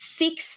fix